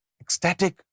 ecstatic